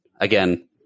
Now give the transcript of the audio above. again